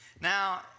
Now